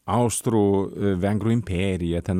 austrų vengrų imperiją ten